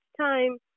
time